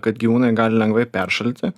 kad gyvūnai gali lengvai peršalti